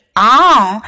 on